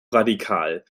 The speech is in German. radikal